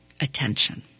attention